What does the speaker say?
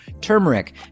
turmeric